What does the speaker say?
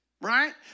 right